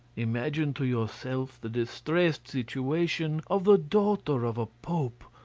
imagine to yourself the distressed situation of the daughter of a pope,